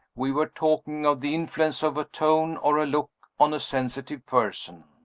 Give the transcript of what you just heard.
we were talking of the influence of a tone or a look on a sensitive person.